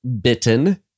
bitten